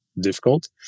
difficult